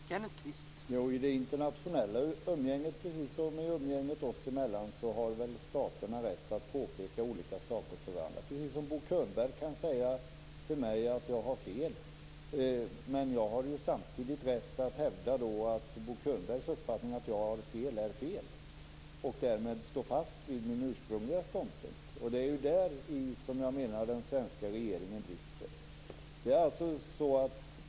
Herr talman! I det internationella umgänget har väl staterna rätt att påpeka olika saker för varandra, precis som Bo Könberg kan säga till mig att jag har fel. Men jag har ju samtidigt rätt att hävda att Bo Könbergs uppfattning att jag har fel är felaktig och därmed stå fast vid min ursprungliga ståndpunkt. Det är på den punkten som jag menar att den svenska regeringen brister.